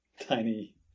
tiny